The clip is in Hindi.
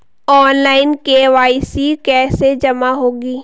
ऑनलाइन के.वाई.सी कैसे जमा होगी?